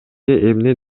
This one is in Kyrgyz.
эмне